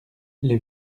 les